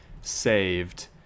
saved